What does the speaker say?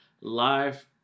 Live